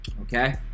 Okay